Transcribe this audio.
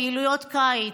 פעילויות קיץ,